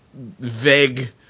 vague